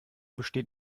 besteht